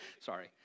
Sorry